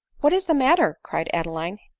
what is the matter? cried adeline,